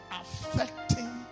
affecting